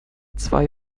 zwei